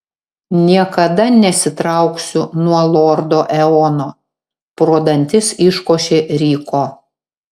niekada nesitrauksiu nuo lordo eono pro dantis iškošė ryko